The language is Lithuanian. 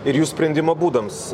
ir jų sprendimo būdams